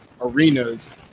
arenas